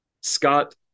Scott